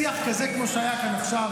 שיח כזה כמו שהיה כאן עכשיו,